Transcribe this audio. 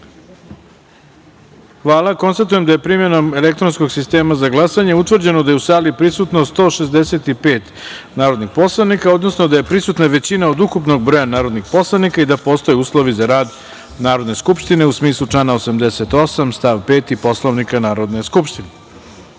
jedinice. Konstatujem da je, primenom elektronskog sistema za glasanje, utvrđeno da je u sali prisutno 165 narodnih poslanika, odnosno da je prisutna većina od ukupnog broja narodnih poslanika i da postoje uslovi za rad Narodne skupštine, u smislu člana 88. stav 5. Poslovnika Narodne